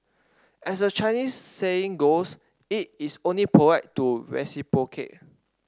as the Chinese saying goes it is only polite to reciprocate